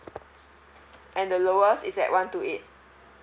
and the lowest is at one two eight